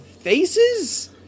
Faces